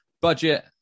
budget